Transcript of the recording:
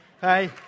Hey